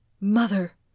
mother